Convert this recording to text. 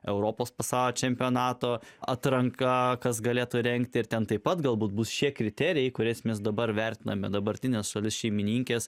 europos pasaulio čempionato atranka kas galėtų rengti ir ten taip pat galbūt bus šie kriterijai kurias mes dabar vertiname dabartinės šeimininkės